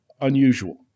unusual